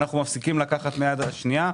אנחנו מפסיקים לקחת מהיד השנייה,